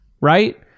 right